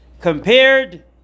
Compared